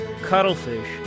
cuttlefish